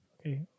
Okay